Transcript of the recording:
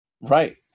Right